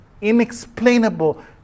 inexplainable